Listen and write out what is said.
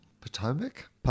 Potomac